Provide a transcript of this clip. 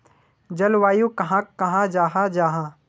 जलवायु कहाक कहाँ जाहा जाहा?